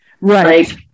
Right